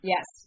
Yes